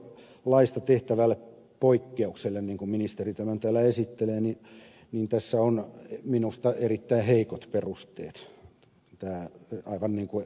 tälle kansallispuistolaista tehtävälle poikkeukselle niin kuin ministeri tämän täällä esittelee tässä on minusta erittäin heikot perusteet aivan niin kuin ed